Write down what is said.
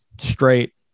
straight